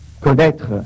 connaître